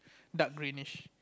dark greenish